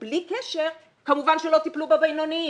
בלי קשר כמובן שלא טיפלו בבינוניים.